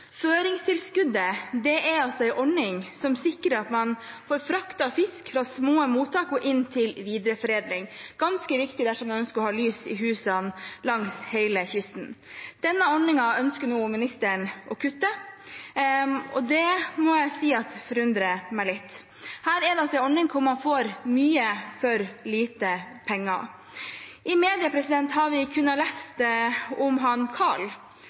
Føringstilskuddet er en ordning som sikrer at man får fraktet fisk fra små mottak inn til videreforedling, ganske riktig dersom en ønsker å ha «lys i husan» langs hele kysten. Denne ordningen ønsker nå ministeren å kutte i, og det må jeg si forundrer meg litt. Her er det altså en ordning der man får mye for lite penger. I media har vi kunnet lese om Karl, som driver Karls Fisk og Skalldyr i Tromsø. Han